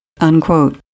unquote